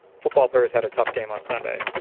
football players had a tough game on sunday.